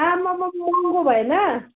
आम्मामा महँगो भए न